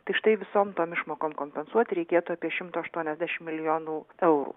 tai štai visom tom išmokom kompensuoti reikėtų apie šimto aštuoniasdešim milijonų eurų